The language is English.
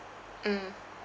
mm